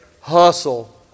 hustle